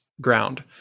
ground